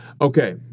Okay